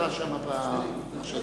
אי-אמון בממשלה